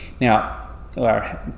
Now